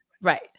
right